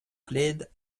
plaide